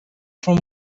from